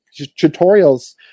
tutorials